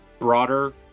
broader